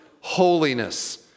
holiness